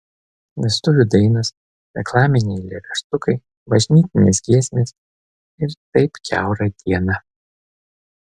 vestuvių dainos reklaminiai eilėraštukai bažnytinės giesmės ir taip kiaurą dieną